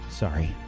Sorry